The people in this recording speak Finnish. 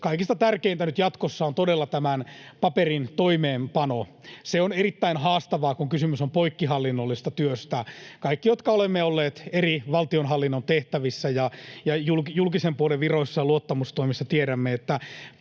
kaikista tärkeintä nyt jatkossa on todella tämän paperin toimeenpano. Se on erittäin haastavaa, kun kysymys on poikkihallinnollisesta työstä. Kaikki, jotka olemme olleet eri valtionhallinnon tehtävissä ja julkisen puolen viroissa ja luottamustoimissa, tiedämme, että